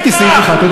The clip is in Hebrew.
לא ראיתי סעיף אחד.